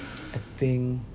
I think